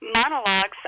monologues